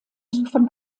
von